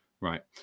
right